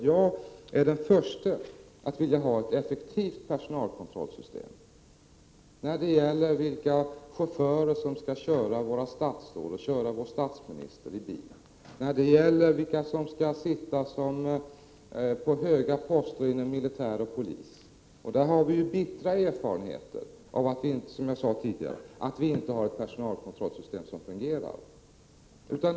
Jag är den förste att vilja ha ett effektivt personalkontrollsystem när det gäller vilka chaufförer som skall köra vår statsminister och våra statsråd och vilka som skall sitta på höga poster inom militär och polis. Vi har, som jag sade tidigare, bittra erfarenheter av att vi har ett personalkontrollsystem som inte fungerar.